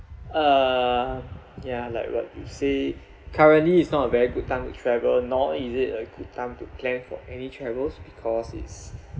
uh ya like what you say currently it's not a very good time to travel nor is it a good time to plan for any travels because it's